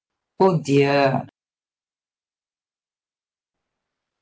oh dear